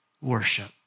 worship